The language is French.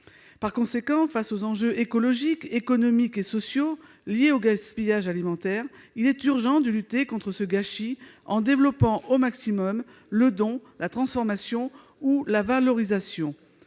précarité. Au regard des enjeux écologiques, économiques et sociaux liés au gaspillage alimentaire, il est urgent de lutter contre ce gâchis en développant au maximum le don, la transformation ou la valorisation